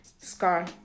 scar